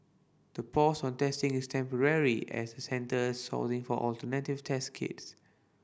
the pause on testing is temporary as the Centre sourcing for alternative test kits